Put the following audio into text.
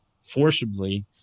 forcibly